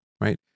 right